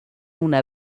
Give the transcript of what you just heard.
una